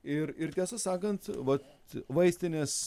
ir ir tiesą sakant vat vaistinės